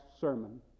sermon